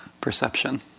perception